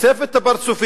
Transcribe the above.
חושף את הפרצופים,